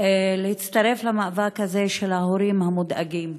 להצטרף למאבק הזה של ההורים המודאגים.